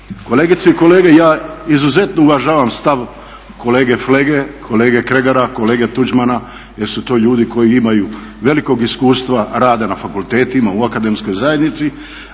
Kolegice i kolege, ja izuzetno uvažavam stav kolege Flege, kolege Kregara, kolege Tuđmana jer su to ljudi koji imaju velikog iskustva rada na fakultetima u akademskoj zajednici,